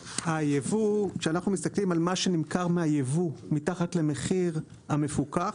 כשאנחנו מסתכלים על מה שנמכר מהייבוא מתחת למחיר המפוקח,